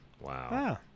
Wow